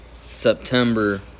September